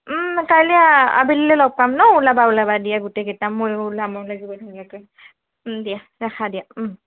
কাইলে আবেলিলৈ লগ পাম ন ওলাবা ওলাবা দিয়া গোটেই কেইটা ময়ো ওলাম বৰ ধুনীয়াকে দিয়া ৰাখা দিয়া